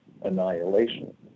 annihilation